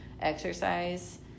exercise